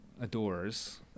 adores